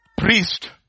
Priest